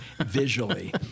visually